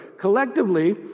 collectively